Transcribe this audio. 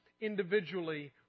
individually